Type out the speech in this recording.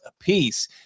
apiece